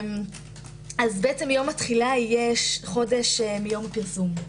אז יום התחילה יהיה חודש מיום פרסומו.